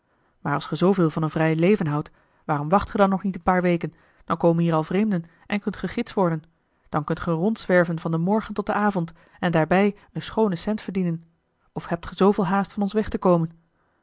maar als ge zooveel van een vrij leven houdt waarom wacht ge dan nog niet een paar weken dan komen hier al vreemden en kunt ge gids worden dan kunt ge rondzwerven van den morgen tot den avond en daarbij een schoonen cent verdienen of hebt ge zooveel haast van ons weg te komen